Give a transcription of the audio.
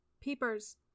Peepers